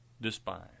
despise